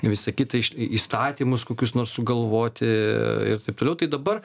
visa kita įstatymus kokius nors sugalvoti ir taip toliau tai dabar